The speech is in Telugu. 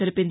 తెలిపింది